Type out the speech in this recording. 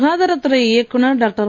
சுகாதாரத் துறை இயக்குனர் டாக்டர்